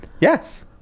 Yes